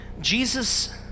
Jesus